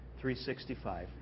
365